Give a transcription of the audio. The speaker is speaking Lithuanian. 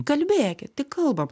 kalbėkit tik kalbam